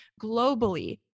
globally